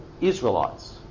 Israelites